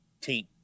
team